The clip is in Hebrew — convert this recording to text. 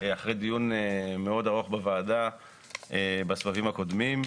אחרי דיון מאוד ארוך בוועדה בסבבים הקודמים,